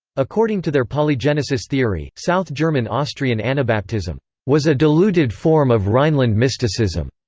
according to their polygenesis theory, south german-austrian anabaptism was a diluted form of rhineland mysticism,